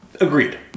Agreed